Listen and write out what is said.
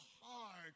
hard